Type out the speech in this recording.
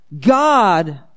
God